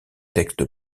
texte